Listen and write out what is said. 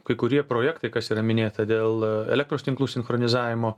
kai kurie projektai kas yra minėta dėl elektros tinklų sinchronizavimo